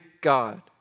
God